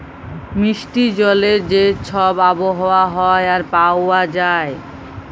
মিষ্টি জলের যে ছব আবহাওয়া হ্যয় আর পাউয়া যায়